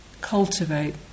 cultivate